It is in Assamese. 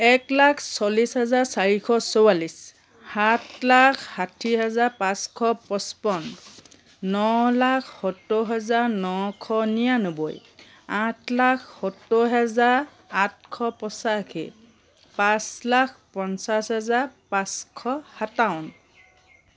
এক লাখ চল্লিছ হাজাৰ চাৰিশ চৌৰাল্লিছ সাত লাখ ষাঠি হাজাৰ পাঁচশ পঁচপন্ন ন লাখ সত্তৰ হাজাৰ নশ নিৰান্নব্বৈ আঠ লাখ সত্তৰ হাজাৰ আঠশ পঁচাশী পাঁচ লাখ পঞ্চাছ হাজাৰ পাঁচশ সাতাৱন্ন